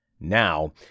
Now